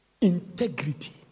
Integrity